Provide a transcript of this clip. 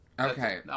Okay